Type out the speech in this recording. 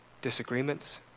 disagreements